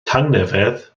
tangnefedd